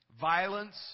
Violence